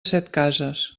setcases